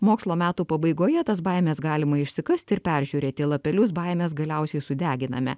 mokslo metų pabaigoje tas baimes galima išsikasti ir peržiūrėti lapelius baimes galiausiai sudeginame